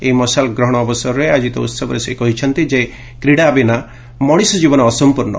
ଏହି ମସାଲ ଗ୍ରହଣ ଅବସରରେ ଆୟୋଜିତ ଉତ୍ସବରେ ସେ କହିଛନ୍ତି ଯେ କ୍ରୀଡ଼ା ବିନା ମଣିଷ ଜୀବନ ଅସଂପର୍ଣ୍ଣ